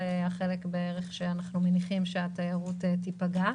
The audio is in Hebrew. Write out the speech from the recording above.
זה החלק שאנחנו מניחים שהתיירות תיפגע.